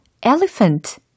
elephant